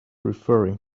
referring